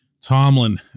Tomlin